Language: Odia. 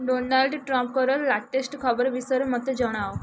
ଡୋନାଲ୍ଡ ଟ୍ରମ୍ପଙ୍କର ଲାଟେଷ୍ଟ ଖବର ବିଷୟରେ ମୋତେ ଜଣାଅ